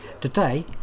today